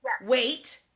Wait